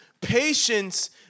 patience